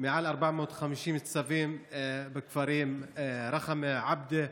מעל 450 צווים בכפרים רח'מה, עבדה,